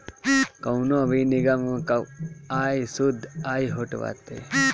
कवनो भी निगम कअ आय शुद्ध आय होत बाटे